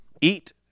eat